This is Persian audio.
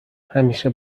همیشه